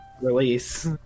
release